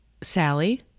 Sally